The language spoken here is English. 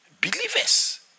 Believers